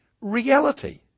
reality